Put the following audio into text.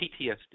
PTSD